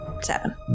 seven